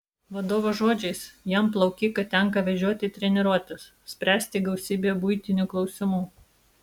vadovo žodžiais jam plaukiką tenka vežioti į treniruotes spręsti gausybę buitinių klausimų